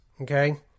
Okay